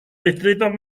distritos